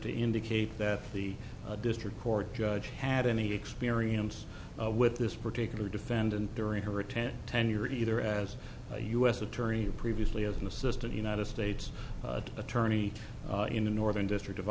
to indicate that the district court judge had any experience with this particular defendant during her tenure tenure either as a u s attorney previously as an assistant united states attorney in the northern district of